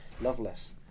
Loveless